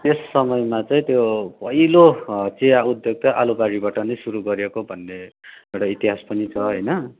त्यस समयमा चाहिँ त्यो पहिलो चिया उद्योग चाहिँ आलुबारीबाट नै सुरु गरेको भन्ने एउटा इतिहास पनि छ होइन